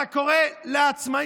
אתה קורא לעצמאים,